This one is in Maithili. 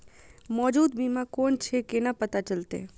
मौजूद बीमा कोन छे केना पता चलते?